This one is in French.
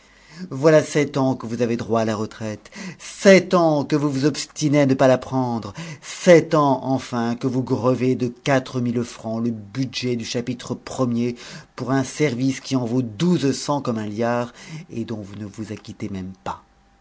voilà sept ans que vous avez droit à la retraite sept ans que vous vous obstinez à ne pas la prendre sept ans enfin que vous grevez de quatre mille francs le budget du chapitre i er pour un service qui en vaut douze cents comme un liard et dont vous ne vous acquittez même pas